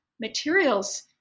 materials